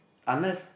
unless